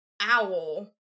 owl